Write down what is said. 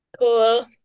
cool